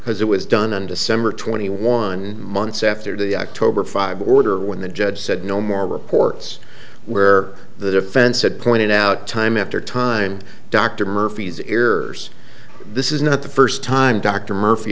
because it was done on december twenty one months after the october five order when the judge said no more reports where the defense said pointed out time after time dr murphy's errors this is not the first time dr murphy